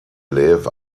live